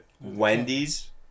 Wendy's